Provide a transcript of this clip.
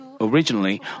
Originally